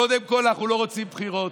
קודם כול אנחנו לא רוצים בחירות.